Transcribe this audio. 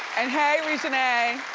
and hey reginae!